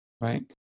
right